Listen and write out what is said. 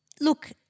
look